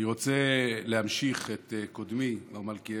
אני רוצה להמשיך את קודמי, מר מלכיאלי.